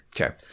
Okay